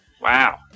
Wow